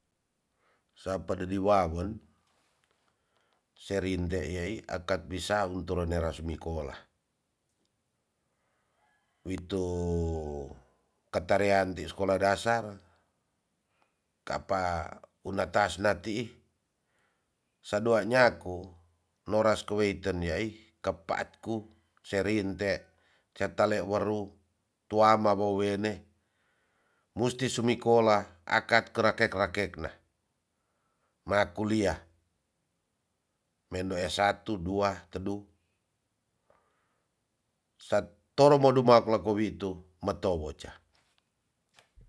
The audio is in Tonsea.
Sapa dediwawen serinte yaai akat bisa untora nera sumikola witu katarean ti skolah dasar kapa una tas na tii sadua nyaku nores uweeten yai kepat ku serinte setale waru tuama wowene musti sumikola akat kerakek rakek na. ma kulia mendo s satu dua, tedu, sa toro mo dumak lako witu me towo ca.